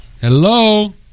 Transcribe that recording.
Hello